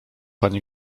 pani